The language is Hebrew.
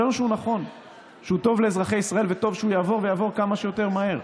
חשבנו שהוא טוב לאזרחי ישראל וטוב שיעבור ויעבור כמה שיותר מהר,